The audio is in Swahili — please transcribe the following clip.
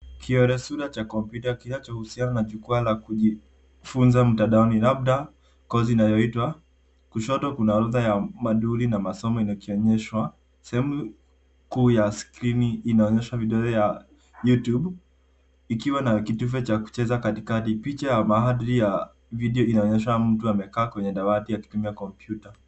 Kiolesura cha kompyuta kinachohusiana na jukwaa la kujifunza mtandaoni, labda kozi inayoitwa kushoto kuna orodha ya maduri na masomo yakionyeshwa. Sehemu kuu ya skrini inaonyesha vidole ya Youtube ikiwa na kitufe cha kucheza katikati. Picha ya mahadri ya video inaonyesha mtu amekaa kwenye dawati akitumia kompyuta.